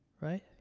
right